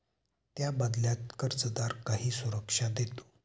त्या बदल्यात कर्जदार काही सुरक्षा देतो